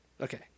Okay